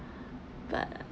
but